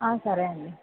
సరే అండి